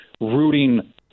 rooting